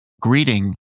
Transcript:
greeting